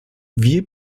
wie